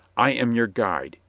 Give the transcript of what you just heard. i am your guide.